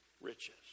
riches